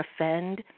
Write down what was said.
offend